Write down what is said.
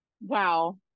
Wow